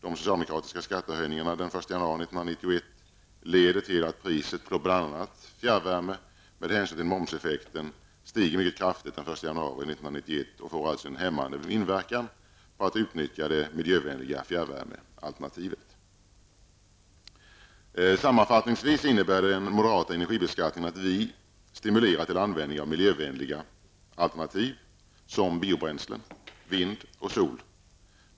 De socialdemokratiska skattehöjningarna den 1 januari 1991 leder till att priset på bl.a. fjärrvärme med hänsyn till momseffekten stiger mycket kraftigt och därmed får en hämmande inverkan på utnyttjandet av det miljövänliga fjärrvärmealternativet. Sammanfattningsvis innebär den moderata energibeskattningen att vi stimulerar till användning av miljövänliga alternativ som biobränslen, vind och sol.